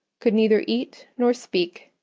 could neither eat nor speak,